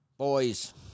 boys